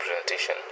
presentation